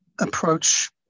approach